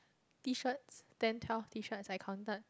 T shirts ten twelve T shirts I counted